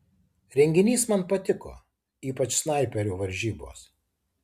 renginys man patiko ypač snaiperių varžybos